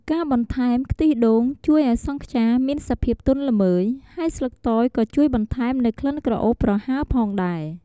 ការបន្ថែម ខ្ទិះដូងជួយឲ្យសង់ខ្យាមានសភាពទន់ល្មើយ ហើយស្លឹកតើយក៏ជួយបន្ថែមនូវក្លិនក្រអូបប្រហើរផងដែរ។